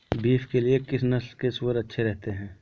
Beef के लिए किस नस्ल के सूअर अच्छे रहते हैं?